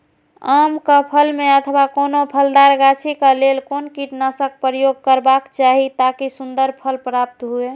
आम क फल में अथवा कोनो फलदार गाछि क लेल कोन कीटनाशक प्रयोग करबाक चाही ताकि सुन्दर फल प्राप्त हुऐ?